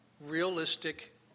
realistic